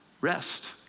rest